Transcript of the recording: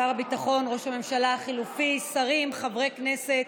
שר הביטחון ראש הממשלה החלופי, שרים, חברי כנסת,